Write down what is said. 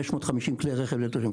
550 כלי רכב ל-1,000 תושבים.